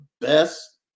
best